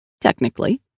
Technically